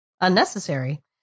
unnecessary